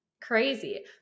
crazy